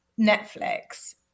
Netflix